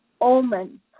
omen